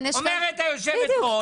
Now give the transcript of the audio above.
אומרת יושבת הראש שתוך יומיים -- בדיוק,